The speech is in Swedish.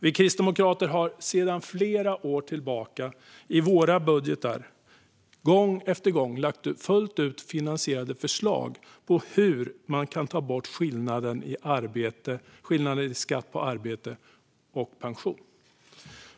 Vi kristdemokrater har sedan flera år tillbaka i våra budgetar gång efter gång lagt fram fullt finansierade förslag till hur man kan ta bort skillnaden i skatt på arbete och pension.